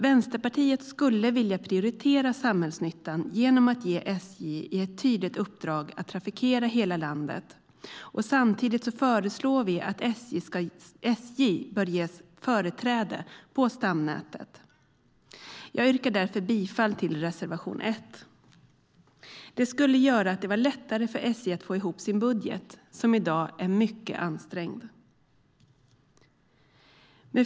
Vänsterpartiet skulle vilja prioritera samhällsnyttan genom att ge SJ ett tydligt uppdrag att trafikera hela landet, och samtidigt föreslår vi att SJ ska ges företräde på stamnätet. Jag yrkar därför bifall till reservation 1. Detta skulle göra det lättare för SJ att få ihop sin budget, som i dag är mycket ansträngd.